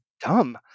dumb